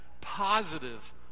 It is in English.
positive